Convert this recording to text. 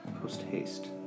post-haste